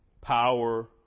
power